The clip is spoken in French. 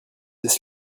c’est